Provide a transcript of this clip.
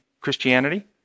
Christianity